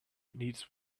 needs